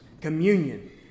Communion